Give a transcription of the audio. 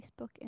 Facebook